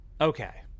Okay